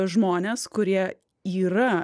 žmonės kurie yra